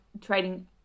trading